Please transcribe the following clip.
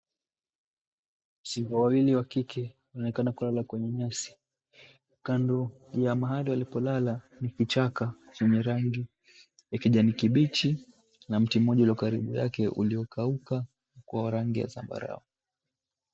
Simba wawili wa kike wanaonekana kulala kwenye nyasi. Kando ya mahali walipolala ni kichaka chenye rangi ya kijani kibichi na mti mmoja ulio karibu yake uliokauka kwa rangi ya zambarau.